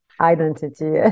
identity